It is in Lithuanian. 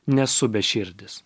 nesu beširdis